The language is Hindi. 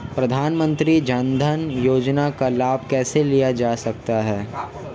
प्रधानमंत्री जनधन योजना का लाभ कैसे लिया जा सकता है?